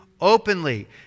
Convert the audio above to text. openly